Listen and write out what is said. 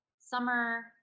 summer